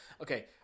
Okay